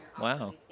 Wow